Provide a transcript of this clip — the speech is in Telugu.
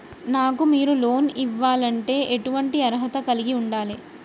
నాకు మీరు లోన్ ఇవ్వాలంటే ఎటువంటి అర్హత కలిగి వుండాలే?